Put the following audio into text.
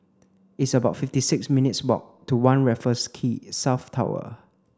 it's about fifty six minutes' walk to One Raffles Quay South Tower